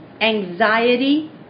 anxiety